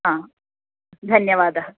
हा धन्यवादः